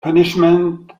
punishment